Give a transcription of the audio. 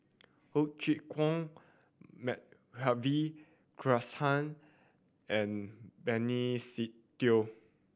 Ho Chee Kong Madhavi Krishnan and Benny Se Teo